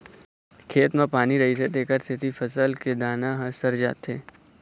खेत म पानी रहिथे तेखर सेती फसल के दाना ह सर जाथे